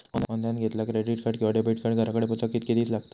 Online घेतला credit card किंवा debit card घराकडे पोचाक कितके दिस लागतत?